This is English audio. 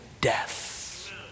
death